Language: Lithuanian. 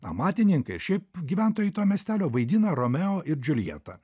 amatininkai ir šiaip gyventojai to miestelio vaidina romeo ir džiuljetą